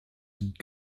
sind